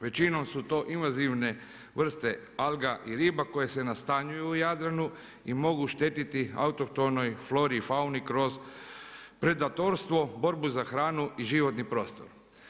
Većinom su to invazivne vrste alga i riba koje se nastanjuju u Jadranu i mogu štetiti autohtonoj flori i fauni kroz predatorstvo, borbu za hranu i životni prostor.